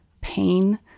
pain